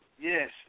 Yes